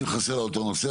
אם חסר לה אותו נושא,